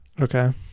Okay